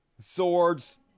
Swords